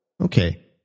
Okay